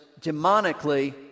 demonically